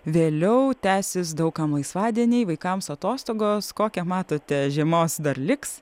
vėliau tęsis daug kam laisvadieniai vaikams atostogos kokią matote žiemos dar liks